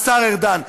השר ארדן,